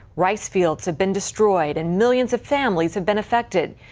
rice fields have been destroyed, and millions of families have been affected.